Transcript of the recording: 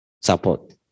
support